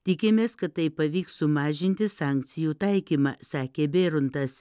tikimės kad taip pavyks sumažinti sankcijų taikymą sakė bėrontas